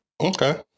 Okay